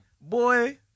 Boy